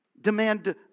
demand